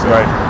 Right